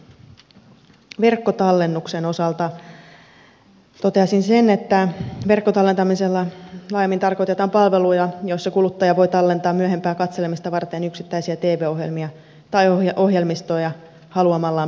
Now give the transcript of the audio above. verkkotallennuksen osalta toteaisin sen että verkkotallentamisella laajemmin tarkoitetaan palveluja joissa kuluttaja voi tallentaa myöhempää katselemista varten yksittäisiä tv ohjelmia tai ohjelmistoja haluamallaan päätelaitteella